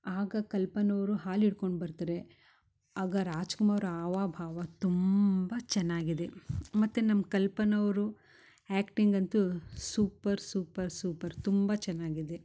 ಆಗ ಕಲ್ಪನವರು ಹಾಲು ಇಟ್ಕೊಂಡು ಬರ್ತಾರೆ ಆಗ ರಾಜ್ಕುಮಾರ್ ಆವ ಭಾವ ತುಂಬ ಚೆನ್ನಾಗಿದೆ ಮತ್ತು ನಮ್ಮ ಕಲ್ಪನವರು ಆ್ಯಕ್ಟಿಂಗ್ ಅಂತು ಸೂಪರ್ ಸೂಪರ್ ಸೂಪರ್ ತುಂಬ ಚೆನ್ನಾಗಿದೆ